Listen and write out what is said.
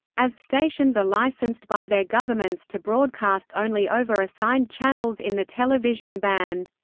as stations are licensed by their governments to broadcast only over assigned channels in the television band.